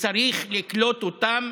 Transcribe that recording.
וצריך לקלוט אותם